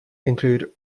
include